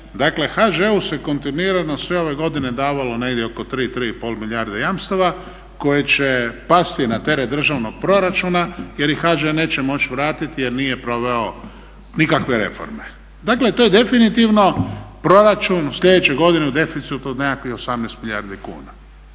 dakle HŽ-u se kontinuirano sve ove godine davalo negdje oko 3-3,5 milijarde jamstava koje će pasti na teret državnog proračuna jer ih HŽ neće moći vratit jer nije proveo nikakve reforme. Dakle to je definitivno proračun sljedeće godine u deficitu od nekakvih 18 milijardi kuna.